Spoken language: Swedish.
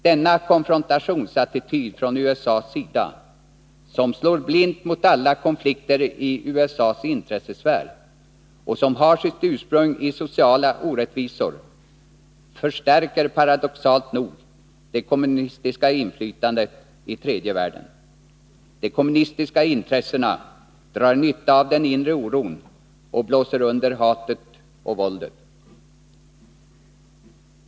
Denna konfrontationsattityd från USA:s sida, som slår blint mot alla konflikter i USA:s intressesfär som har sitt ursprung i sociala orättvisor, förstärker paradoxalt nog det kommunistiska inflytandet i tredje världen. De kommunistiska intressena drar nytta av den inre oron och blåser under hatet och våldet.